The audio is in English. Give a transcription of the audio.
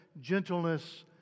gentleness